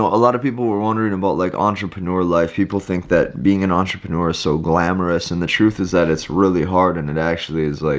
a lot of people were wondering about, and but like entrepreneur life, people think that being an entrepreneur so glamorous, and the truth is that it's really hard and it actually is like,